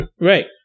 Right